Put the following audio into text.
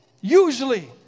usually